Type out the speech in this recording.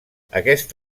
aquest